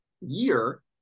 year